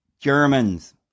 Germans